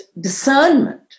discernment